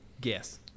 Guess